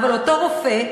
אבל אותו רופא,